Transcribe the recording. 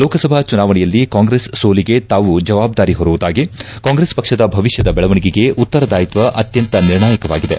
ಲೋಕಸಭಾ ಚುನಾವಣೆಯಲ್ಲಿ ಕಾಂಗ್ರೆಸ್ ಸೋಲಿಗೆ ತಾವು ಜವಾಬ್ದಾರಿ ಹೊರುವುದಾಗಿ ಕಾಂಗ್ರೆಸ್ ಪಕ್ಷದ ಭವಿಷ್ಣದ ದೇವಣಿಗೆಗೆ ಉತ್ತರದಾಯಿತ್ವ ಅತ್ಯಂತ ನಿರ್ಣಾಯಕವಾಗಿದೆ